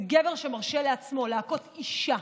זה גבר שמרשה לעצמו להכות אישה,